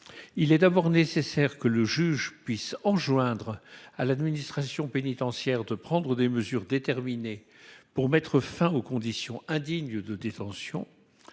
Il est d'abord nécessaire que le juge puisse enjoindre à l'administration pénitentiaire de prendre des mesures déterminées pour mettre fin aux conditions indignes de détention.